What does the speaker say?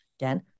again